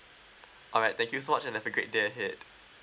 alright thank you so much and have a great day ahead